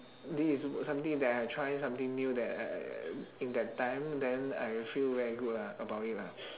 this is w~ something that I try something new that I in that time then I feel very good ah about it lah